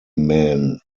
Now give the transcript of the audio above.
men